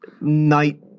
night